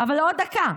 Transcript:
אבל עוד דקה.